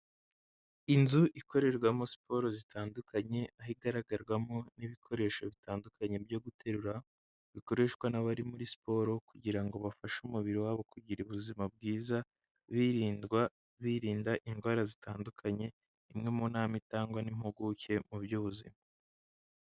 Inzu ikorerwamo siporo zitandukanye, aho igaragarwamo n'ibikoresho bitandukanye byo guterura, bikoreshwa n'abari muri siporo kugira ngo bafashe umubiri wabo kugira ubuzima bwiza, birinda indwara zitandukanye, imwe mu nama itangwa n'impuguke mu by'ubuzima.